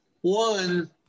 One